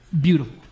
beautiful